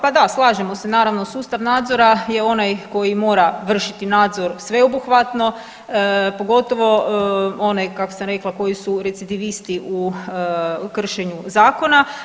Pa da slažemo se naravno, sustav nadzora je onaj koji mora vršiti nadzor sveobuhvatno, pogotovo onaj kak sam rekla koji su recidivisti u kršenju zakona.